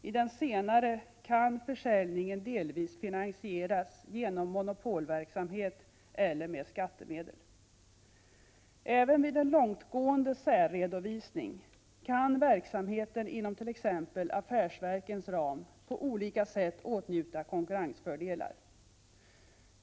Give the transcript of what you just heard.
I den senare kan försäljningen delvis finansieras genom monopolverksamhet eller med skattemedel. Även vid en långtgående särredovisning kan verksamheten inom t.ex. affärsverkens ram på olika sätt åtnjuta konkurrensfördelar.